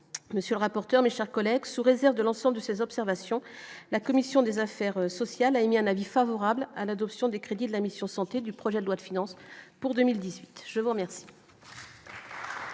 Monsieur, rapporteur, mes chers collègues, sous réserve de l'ensemble de ses observations, la commission des affaires sociales a émis un avis favorable à l'adoption des crédits de la mission santé du projet de loi de finances pour 2018, je vous remercie.